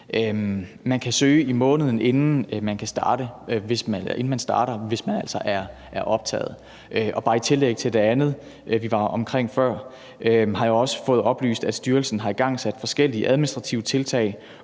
Man kan søge i måneden, inden man starter, hvis man altså er optaget. Så vil jeg bare i tillæg til det andet, vi var omkring før, sige, at jeg også har fået oplyst, at styrelsen har igangsat forskellige administrative tiltag